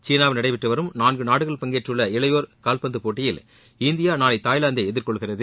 சீனாவில் நடைபெற்று வரும் நான்கு நாடுகள் பங்கேற்றுள்ள இளையோா் கால்வந்து போட்டியில் இந்தியா நாளை தாய்லாந்தை எதிர்கொள்கிறது